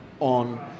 on